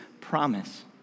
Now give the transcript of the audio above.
promise